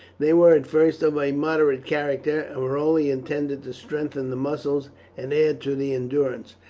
they were at first of a moderate character, and were only intended to strengthen the muscles and add to the endurance.